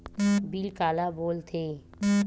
Bill काला बोल थे?